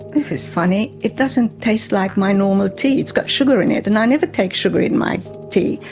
this is funny, it doesn't taste like my normal tea, it's got sugar in it and i never take sugar in my tea.